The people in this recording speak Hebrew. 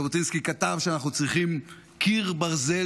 ז'בוטינסקי כתב שאנחנו צריכים קיר ברזל